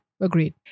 Agreed